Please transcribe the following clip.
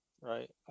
right